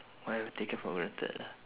what I've taken for granted ah